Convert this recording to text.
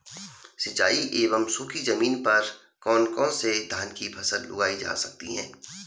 सिंचाई एवं सूखी जमीन पर कौन कौन से धान की फसल उगाई जा सकती है?